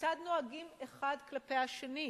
כיצד נוהגים אחד כלפי השני,